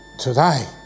Today